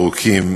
ארוכים,